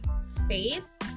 space